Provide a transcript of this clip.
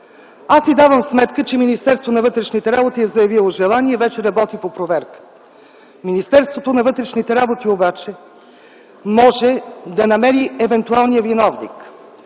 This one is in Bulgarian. Аз си давам сметка, че Министерството на вътрешните работи е заявило желание и вече работи по проверката. Министерството на вътрешните работи обаче може да намери евентуалния виновник.